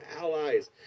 allies